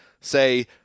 say